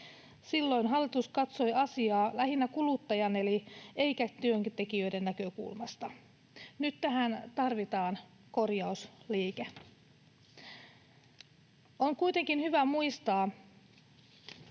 Silloin hallitus katsoi asiaa lähinnä kuluttajan eikä työntekijöiden näkökulmasta. Nyt tähän tarvitaan korjausliike. On kuitenkin hyvä muistaa,